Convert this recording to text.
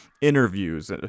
interviews